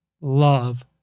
love